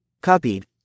Copied